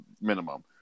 minimum